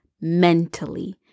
mentally